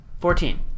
Fourteen